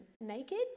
naked